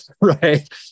Right